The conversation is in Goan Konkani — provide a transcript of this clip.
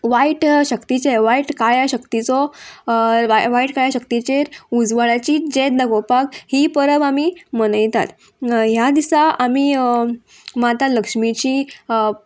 वायट शक्तीचे वायट काळ्या शक्तीचो वायट काळ्या शक्तीचेर उजवाडाची जेद दाखोवपाक ही परब आमी मनयतात ह्या दिसा आमी माता लक्ष्मीची